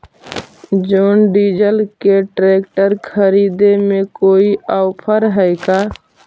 जोन Deere के tractor खरिदे में कोई औफर है का?